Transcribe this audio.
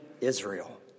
Israel